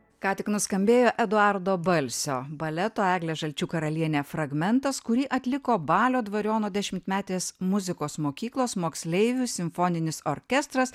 ką tik nuskambėjo eduardo balsio baleto eglė žalčių karalienė fragmentas kurį atliko balio dvariono dešimtmetės muzikos mokyklos moksleivių simfoninis orkestras